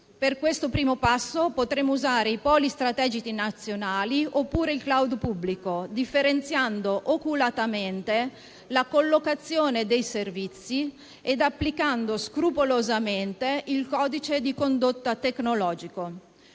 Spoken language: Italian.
Per questo primo passo potremmo usare i poli strategici nazionali oppure il *cloud* pubblico, differenziando oculatamente la collocazione dei servizi e applicando scrupolosamente il codice di condotta tecnologico.